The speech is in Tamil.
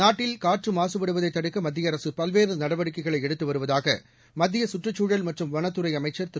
நாட்டில் காற்று மாசுபடுவதை தடுக்க மத்திய அரசு பல்வேறு நடவடிக்கைகளை எடுத்து வருவதாக மத்திய கற்றுச்சூழல் மற்றும் வனத்துறை அமைச்சர் திரு